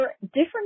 different